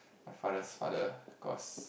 father's father because